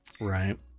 right